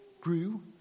grew